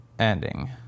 ending